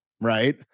right